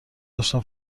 داشتم